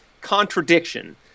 contradiction